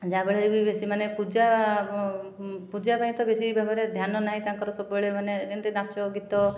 ଯାହା ଫଳରେ ବି ବେଶି ମାନେ ପୂଜା ପୂଜା ପାଇଁ ତ ବେଶି ଧ୍ୟାନ ନାହିଁ ତାଙ୍କର ସବୁବେଳେ ମାନେ ଯେମିତି ନାଚ ଗୀତ